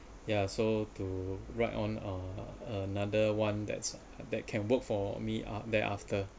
ya so to ride on uh another one that's that can work for me ah thereafter